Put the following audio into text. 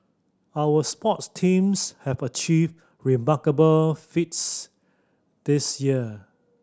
our sports teams have achieved remarkable feats this year